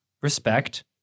respect